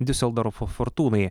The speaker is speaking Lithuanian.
diuseldorfo fortūnai